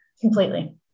Completely